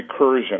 recursion